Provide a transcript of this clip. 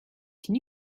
can